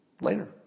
later